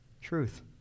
Truth